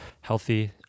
healthy